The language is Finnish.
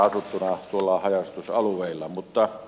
otan tästä muutaman esimerkin